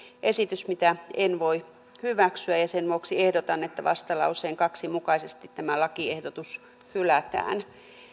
esitys mitä en voi hyväksyä ja sen vuoksi ehdotan että vastalauseen kaksi mukaisesti tämä lakiehdotus hylätään